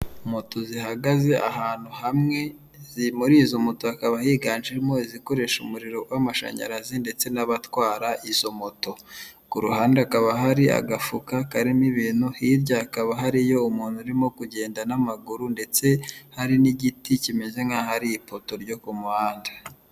Moto zihagaze ahantu hamwe, muri iro moto hakaba higanjemo izikoresha umuriro w'amashanyarazi ndetse n'abatwara izo moto. Ku ruhande hakaba hari agafuka karimo ibintu, hirya hakaba hariyo umuntu urimo kugenda n'amaguru ndetse hari n'igiti kimeze nk'ahari ipoto ryo ku muhanda.